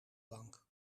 bank